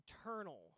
eternal